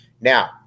Now